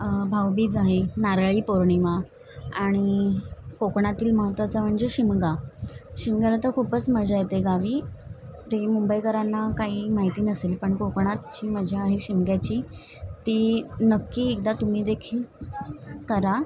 भावभीज आहे नाराळी पौर्णिमा आणि कोकणातील महत्वाचं म्हणजे शिमगाव शिमग्याला तर खूपच मजा आहे ते गावी ते मुंबईकरांना काही माहिती नसेल पण कोकणात जी मजा आहे शिमग्याची ती नक्की एकदा तुम्ही देखील करा